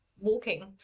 walking